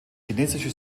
chinesische